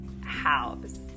house